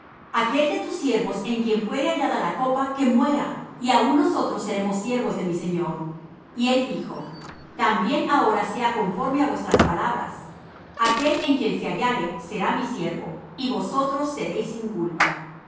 aquel de tus siervos en quien fuere hallada la copa que muera y aun nosotros seremos siervos de mi señor y él dijo también ahora sea conforme á vuestras palabras aquél en quien se hallare será mi siervo y vosotros seréis sin culpa